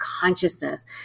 consciousness